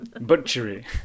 Butchery